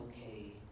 okay